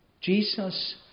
Jesus